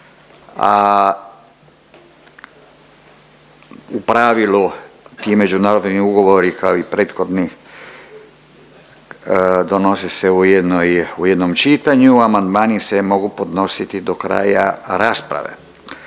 a u pravilu ti međunarodni ugovori kao i prethodni donose se u jednoj, u jednom čitanju. Amandmani se mogu podnositi do kraja rasprave.